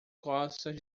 costas